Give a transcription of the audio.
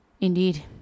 Indeed